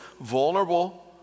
vulnerable